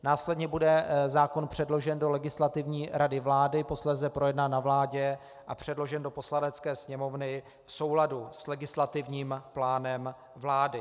Následně bude zákon předložen do Legislativní rady vlády, posléze projednán na vládě a předložen do Poslanecké sněmovny v souladu s legislativním plánem vlády.